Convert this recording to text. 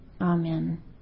Amen